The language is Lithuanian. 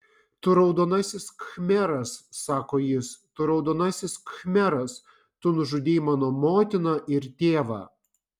tu raudonasis khmeras sako jis tu raudonasis khmeras tu nužudei mano motiną ir tėvą